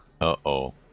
Uh-oh